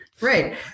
Right